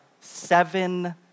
seven